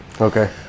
Okay